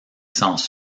sans